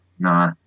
No